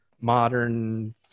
modern